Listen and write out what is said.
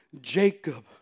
Jacob